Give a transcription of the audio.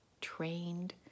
trained